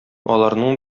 аларның